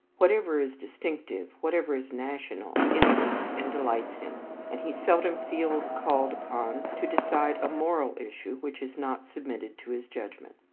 whatever is distinctive, whatever is national, interests and delights him and he seldom feels called upon to decide a moral issue which is not submitted to his judgment.